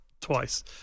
twice